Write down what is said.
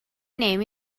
name